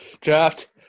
Draft